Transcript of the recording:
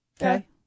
Okay